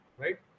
right